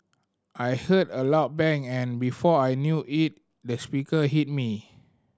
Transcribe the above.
I heard a loud bang and before I knew it the speaker hit me